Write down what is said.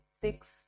six